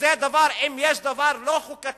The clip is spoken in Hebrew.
וזה דבר, אם יש דבר לא חוקתי,